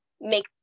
make